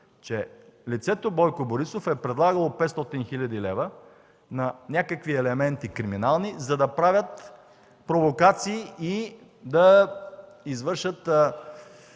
че лицето Бойко Борисов е предлагало 500 хил. лв. на някакви криминални елементи, за да правят провокации и да извършат